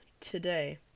today